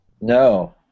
No